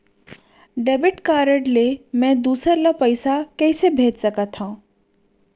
Debit card ले मैं दूसर ला पइसा कइसे भेज सकत हओं?